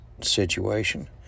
situation